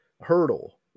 hurdle